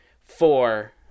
four